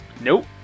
Nope